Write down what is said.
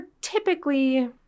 typically